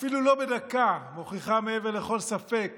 "אפילו לא בדקה" מוכיח מעבר לכל ספק